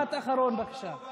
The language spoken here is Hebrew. משפט אחרון, בבקשה.